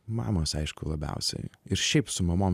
mamos aišku labiausiai ir šiaip su mamom